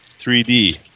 3D